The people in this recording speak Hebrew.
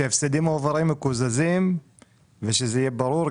שהפסדים מועברים מקוזזים ושזה יהיה ברור.